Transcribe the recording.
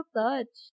touch